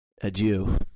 Adieu